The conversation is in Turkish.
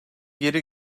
geri